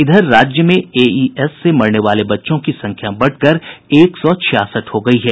इधर राज्य में एईएस से मरने वाले बच्चों की संख्या बढ़कर एक सौ छियासठ हो गयी है